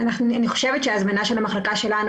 אני חושבת שההזמנה של המחלקה שלנו